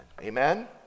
Amen